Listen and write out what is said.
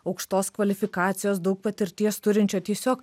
aukštos kvalifikacijos daug patirties turinčio tiesiog